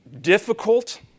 difficult